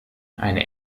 eine